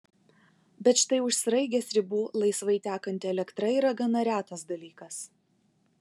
bet štai už sraigės ribų laisvai tekanti elektra yra gana retas dalykas